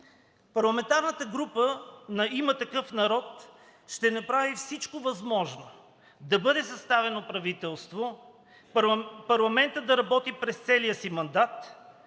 Парламентарната група на „Има такъв народ“ ще направи всичко възможно да бъде съставено правителство, парламентът да работи през целия си мандат.